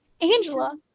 Angela